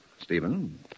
Stephen